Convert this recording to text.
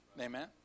Amen